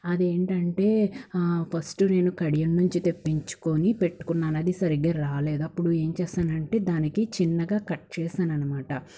అదేంటంటే ఫస్ట్ నేను కడియం నుంచి తెప్పించుకొని పెట్టుకున్నాను అది సరిగ్గా రాలేదు అప్పుడు ఏం చేసానంటే దానికి చిన్నగా కట్ చేశానన్నమాట